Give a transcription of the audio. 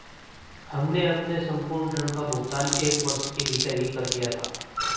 हमने अपने संपूर्ण ऋण का भुगतान एक वर्ष के भीतर ही कर दिया था